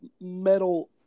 metal